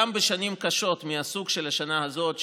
גם בשנים קשות מהסוג של השנה הזאת,